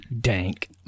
dank